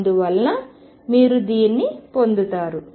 అందువలన మీరు దీన్ని పొందుతారు